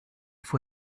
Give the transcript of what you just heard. for